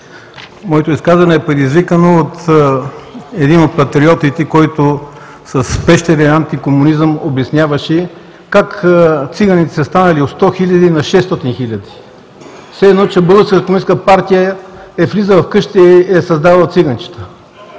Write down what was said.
Моето изказване е предизвикано от един от патриотите, който с пещерен анти комунизъм обясняваше как циганите са станали от 100 хиляди на 600 хиляди. Все едно, че Българската комунистическа партия е влизала в къщите е и създавала циганчета.